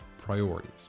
priorities